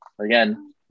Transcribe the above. Again